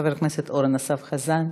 חבר הכנסת אורן אסף חזן.